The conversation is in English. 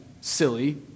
silly